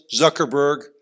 Zuckerberg